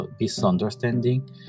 misunderstanding